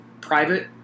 private